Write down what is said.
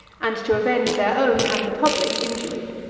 and to avenge their own and the public injury.